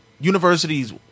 universities